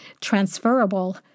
transferable